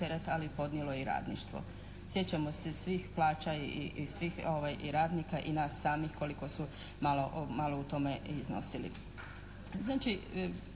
ali podnijelo je i radništvo. Sjećamo se svih plaća i svih, i radnika i nas samih koliko su malo u tome iznosili.